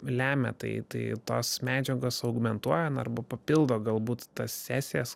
lemia tai tai tos medžiagos augmentuoja arba papildo galbūt tas sesijas